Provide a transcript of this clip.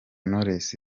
knowless